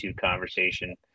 conversation